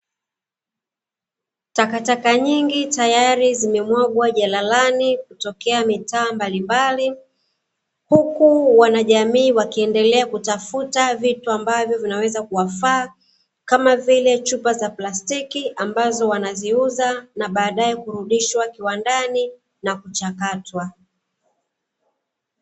Takataka nyingi tayari zimemwagwa jalalani, kutokea mitaa mbalimbali, huku wanajamii wakiendelea kutafuta vitu ambavyo vinaweza kuwafaa, kama vile chupa za plastiki ambazo wanaziuza na badae kurudishwa kiwandani na kuchakatwa.